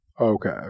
okay